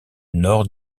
nord